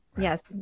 yes